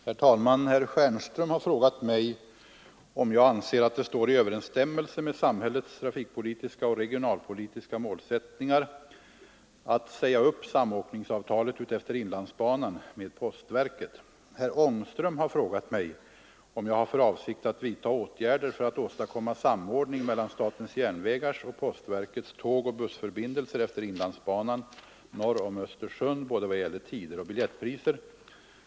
Herr talman! Herr Stjernström har frågat mig om jag anser att det står i överensstämmelse med samhällets trafikpolitiska och regionalpolitiska målsättningar att säga upp samåkningsavtalet utefter inlandsbanan med postverket. Herr Ångström har frågat mig om jag har för avsikt att vidta åtgärder för att åstadkomma samordning mellan SJ:s och postverkets tågoch bussförbindelser efter inlandsbanan norr om Östersund i vad gäller både tider och biljettpriser.